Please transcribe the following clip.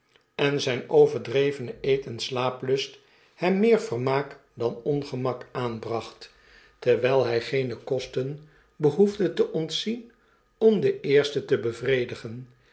en zpe overdrevene eet en slaaplust hem meer vermaak dan ongemak aanbracht terwjjl hy geene kosten behoefde te ontzien om den eersten te bevredigen